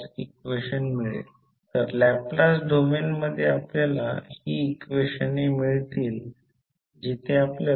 आणि फ्रिक्वेन्सी डोमेनमध्ये मी आधी सांगितले आहे की जर d d t असेल तर त्याला j ने बदला